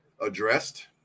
addressed